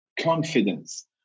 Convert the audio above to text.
confidence